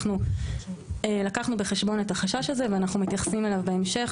אנחנו לקחנו בחשבון את החשש הזה ואנחנו מתייחסים אליו בהמשך,